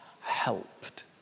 helped